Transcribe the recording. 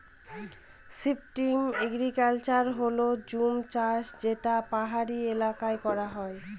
shifting agriculture হল জুম চাষ যেটা পাহাড়ি এলাকায় করা হয়